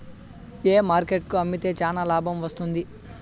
ఏ market కు అమ్మితే చానా లాభం వస్తుంది?